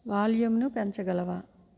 వాల్యూంను పెంచగలవా